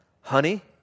Honey